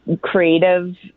creative